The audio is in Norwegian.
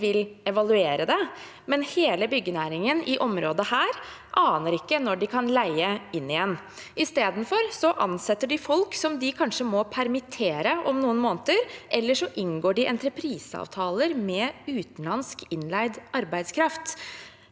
men hele byggenæringen i området her aner ikke når de kan leie inn igjen. Isteden ansetter de folk som de kanskje må permittere om noen måneder, eller så inngår de entrepriseavtaler med utenlandsk innleid arbeidskraft.